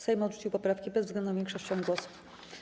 Sejm odrzucił poprawki bezwzględną większością głosów.